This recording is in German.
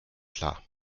klar